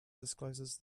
discloses